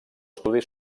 estudi